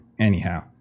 Anyhow